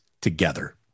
together